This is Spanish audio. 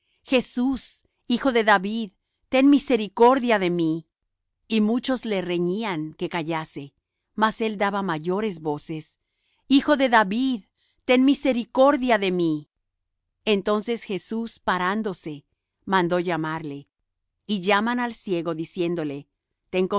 jesús hijo de david ten misericordia de mí y muchos le reñían que callase mas él daba mayores voces hijo de david ten misericordia de mí entonces jesús parándose mandó llamarle y llaman al ciego diciéndole